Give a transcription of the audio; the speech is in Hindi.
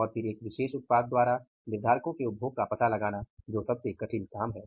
और फिर एक विशेष उत्पाद द्वारा निर्धारको के उपभोग का पता लगाना जो सबसे कठिन काम है